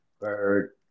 Bird